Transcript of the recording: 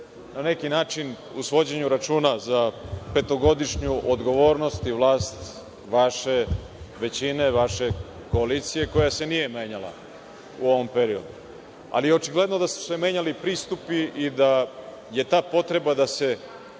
na neki način, u svođenju računa za petogodišnju odgovornosti vlasti vaše većine, vaše koalicije koja se nije menjala u ovom periodu, ali očigledno da su se menjali pristupi i da je ta potreba da se